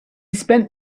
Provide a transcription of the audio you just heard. spent